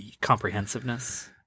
comprehensiveness